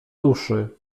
duszy